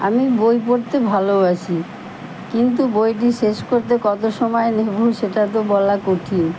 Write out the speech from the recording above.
আমি বই পড়তে ভালোবাসি কিন্তু বইটি শেষ করতে কত সময় নেবো সেটা তো বলা কঠিন